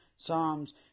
Psalms